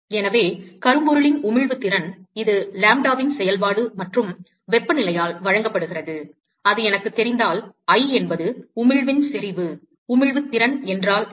எனவே கருப்பொருளின் உமிழ்வு திறன் இது லாம்ப்டாவின் செயல்பாடு மற்றும் வெப்பநிலையால் வழங்கப்படுகிறது அது எனக்குத் தெரிந்தால் I என்பது உமிழ்வின் செறிவு உமிழ்வு திறன் என்றால் என்ன